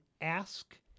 ask